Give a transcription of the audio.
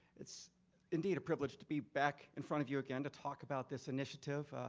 it's indeed a privilege to be back in front of you again to talk about this initiative.